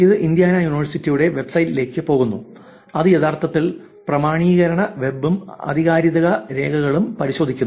ഇത് ഇന്ത്യാന യൂണിവേഴ്സിറ്റിയുടെ വെബ്സൈറ്റിലേക്ക് പോകുന്നു അത് യഥാർത്ഥത്തിൽ പ്രാമാണീകരണ വെബ്ബും ആധികാരികത രേഖകളും പരിശോധിക്കുന്നു